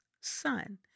son